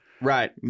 Right